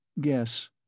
Guess